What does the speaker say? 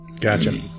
gotcha